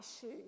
shoes